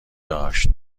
داشت